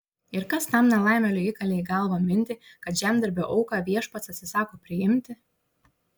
ir kas tam nelaimėliui įkalė į galvą mintį kad žemdirbio auką viešpats atsisako priimti